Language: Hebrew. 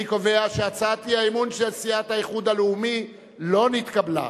אני קובע שהצעת האי-אמון של סיעת האיחוד הלאומי לא נתקבלה.